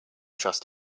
trust